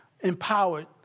empowered